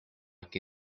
che